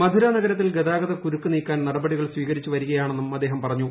മധുര നഗരത്തിൽ ഗതാഗതക്കുരുക്ക് നീക്കാൻ നടപടികൾ സ്വീകരിച്ചുവരികയാണെന്നും അദ്ദേഹം പറഞ്ഞു